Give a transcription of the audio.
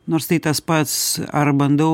nors tai tas pats ar bandau